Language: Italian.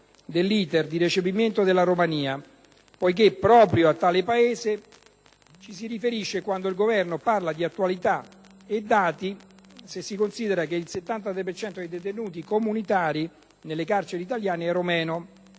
dell'*iter* di recepimento della Romania, poiché proprio a tale Paese ci si riferisce quando il Governo parla di attualità e dati, se si considera che il 73 per cento dei detenuti comunitari nelle carceri italiane è romeno,